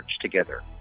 together